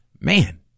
Man